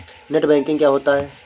Net banking क्या होता है?